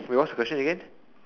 wait what's the question again